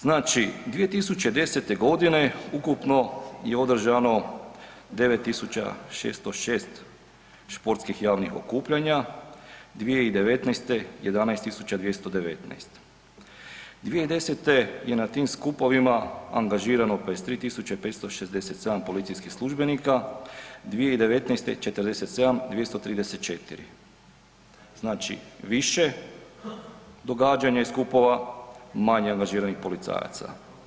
Znači, 2010. godine ukupno je održano 9.606 športskih javnih okupljanja, 2019. 11.219, 2010. je na tim skupovima angažirano 23.567 policijskih službenika, 2019. 47.234, znači više događanja i skupova manje angažiranih policajaca.